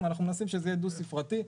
אנחנו מנסים שזה יהיה דו ספרתי.